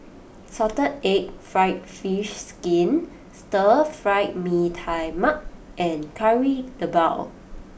Salted Egg Fried Fish Skin Stir Fried Mee Tai Mak and Kari Debal